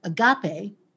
agape